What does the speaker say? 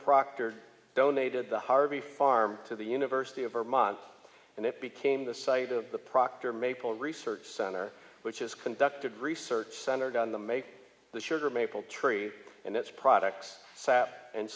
proctor donated the harvey farm to the university of vermont and it became the site of the proctor maple research center which is conducted research center down the make the sugar maple tree and its products sap and